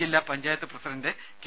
ജില്ലാ panchayat president K